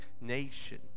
nation